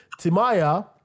Timaya